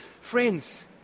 Friends